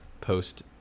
post